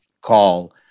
call